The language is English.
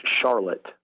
charlotte